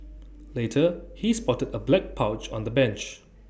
later he spotted A black pouch on the bench